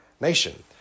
nation